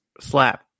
slap